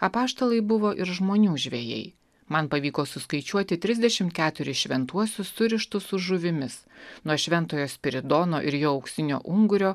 apaštalai buvo ir žmonių žvejai man pavyko suskaičiuoti trisdešimt keturis šventuosius surištus su žuvimis nuo šventojo spiridono ir jo auksinio ungurio